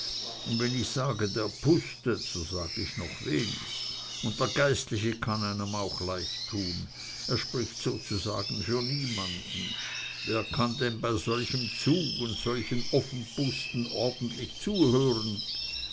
und wenn ich sage der pustet so sag ich noch wenig und der geistliche kann einem auch leid tun er spricht sozusagen für niemanden wer kann denn bei solchem zug und solchem ofenpusten ordentlich zuhören